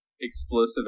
Explosive